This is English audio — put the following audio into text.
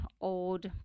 old